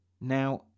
Now